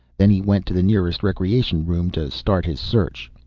then he went to the nearest recreation room to start his search.